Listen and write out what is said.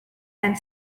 and